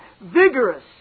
vigorous